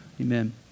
amen